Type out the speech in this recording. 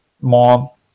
more